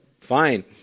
fine